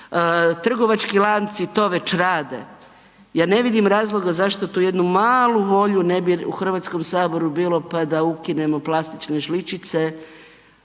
trgovački lanci to već rade, ja ne vidim razloga zašto tu jednu malu volju ne bi u Hrvatskom saboru bilo pa da ukinemo plastične žličice,